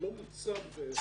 הוא לא נמצא בתמנע.